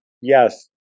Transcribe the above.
Yes